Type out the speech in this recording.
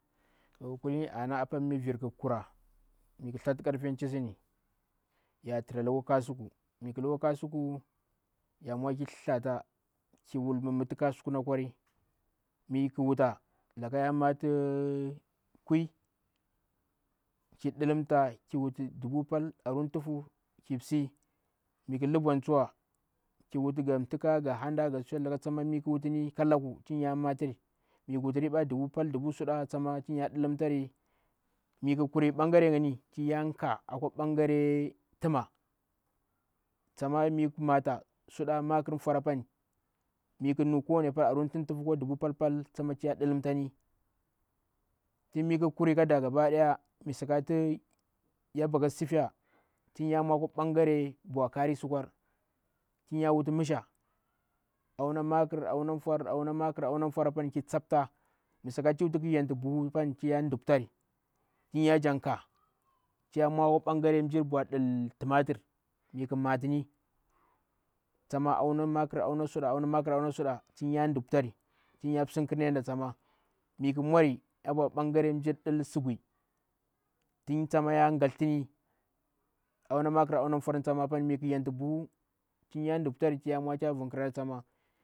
So ana kulini mmi virkhi kura mi thslatu apa karfe nchissuuwa ni. yatra kasuku, mie lokuo kasuku; kiwul mm fi ka suku mmi kh wuta lakan yamatu kwiy ki di lim kiwutʊ kipsi miki blal yacheki suyen laka mmika laku tun yamatan. tim ya wutu riba. Miki wuti riba. miyi mba mpdw gare ngnni tunyaka akwo mpal gerem tsama mikhi mata suda makr foar appani. mikwunuwa kowan pall tinya dufan. Tun mi kiri kada gaba daya mmi sakatu mda baka sifiya tinya mwakwa bangare bwa kari sikuar tin yawuti msha oalna makr, aana foar ki tsapta mmisaka mmsaka ti ei wutia kyantu buhu zinya nɗuptar tunyajan ka; tun ya mwa o bar garen bwa, timarr, miki matu, tsama oalna makr auna suda, auna makr auna suda tinya ɗuptarir tinya simkr ne ɗa mii khi mwari turbwa tin ya simkr ni ada tsama mu mwari abow mpdal mmjir ɗin sigwi tinya galthlari, tsama cuna maki mi eiyantu buhu tinya duptari tinya muka tin tim ruwa tsama.